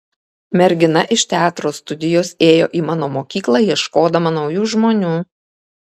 mergina iš teatro studijos ėjo į mano mokyklą ieškodama naujų žmonių